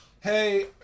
Hey